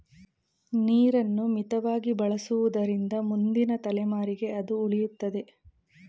ನೀರನ್ನು ಮಿತವಾಗಿ ಬಳಸುವುದರಿಂದ ಮುಂದಿನ ತಲೆಮಾರಿಗೆ ಅದು ಉಳಿಯುತ್ತದೆ